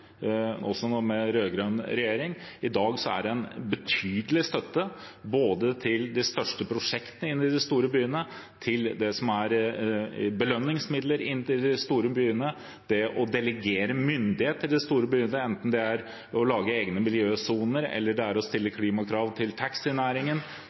også med rød-grønn regjering. I dag er det en betydelig støtte både til de største prosjektene inne i de store byene, til det som er belønningsmidler inn til de store byene, det å delegere myndighet til de store byene, enten det er å lage egne miljøsoner eller å stille klimakrav til taxinæringen, eller om det er – for Oslo – bare å